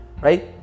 Right